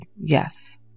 yes